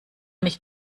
nicht